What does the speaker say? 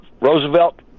Roosevelt